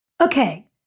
okay